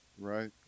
Right